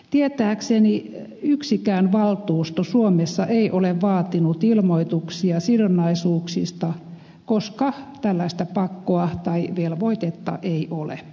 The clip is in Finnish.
tietääkseni yksikään valtuusto suomessa ei ole vaatinut ilmoituksia sidonnaisuuksista koska tällaista pakkoa tai velvoitetta ei ole